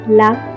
love